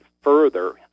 further